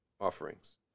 offerings